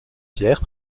pierre